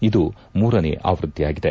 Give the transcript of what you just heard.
ಇದು ಮೂರನೇ ಆವೃತ್ತಿಯಾಗಿದೆ